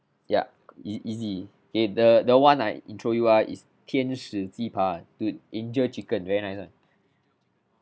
yup easy easy okay the the one I intro you ah is tien shi ji pai dude angel chicken very nice [one]